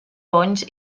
bonys